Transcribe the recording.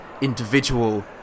individual